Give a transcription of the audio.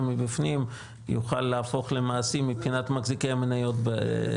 מבפנים יוכל להפוך למעשים מבחינת מחזיקי המניות ב...